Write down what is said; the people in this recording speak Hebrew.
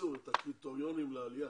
בקיצור את הקריטריונים לעלייה